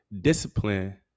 discipline